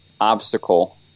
obstacle